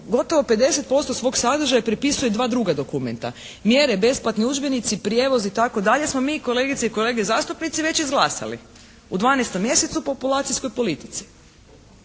gotovo 50% svog sadržaja prepisuje dva druga dokumenta, mjere besplatni udžbenici, prijevoz itd., smo mi kolegice i kolege zastupnici već izglasali, u 12. mjesecu u populacijskoj politici.